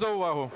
Дякую за